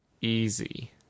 Easy